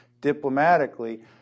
diplomatically